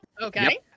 okay